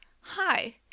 hi